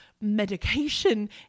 medication